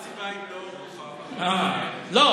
לא.